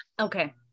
Okay